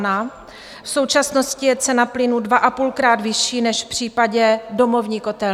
V současnosti je cena plynu dvaapůlkrát vyšší než v případě domovní kotelny.